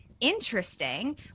interesting